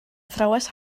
athrawes